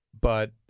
But-